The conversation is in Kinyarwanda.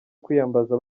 kwiyambaza